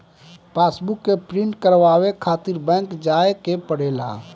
passbook के print करवावे खातिर बैंक जाए के पड़ेला